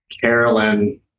Carolyn